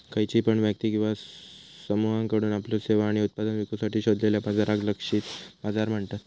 खयची पण व्यक्ती किंवा समुहाकडुन आपल्यो सेवा आणि उत्पादना विकुसाठी शोधलेल्या बाजाराक लक्षित बाजार म्हणतत